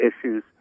issues